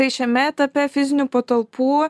tai šiame etape fizinių patalpų